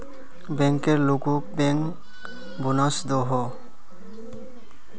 banker लोगोक bank bonus दोहों